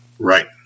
Right